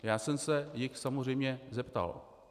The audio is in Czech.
Já jsem se jich samozřejmě zeptal.